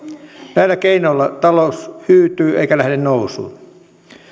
näillä keinoilla talous hyytyy eikä lähde nousuun